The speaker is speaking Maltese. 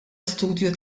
istudju